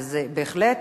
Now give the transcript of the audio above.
אז בהחלט.